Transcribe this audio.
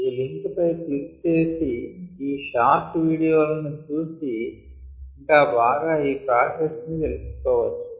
ఈ లింక్ పై క్లిక్ చేసి ఈ షార్ట్ వీడియోలను చూసి ఇంకా బాగా ఈ ప్రాసెస్ ని తెలిసి కోవచ్చు